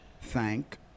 thank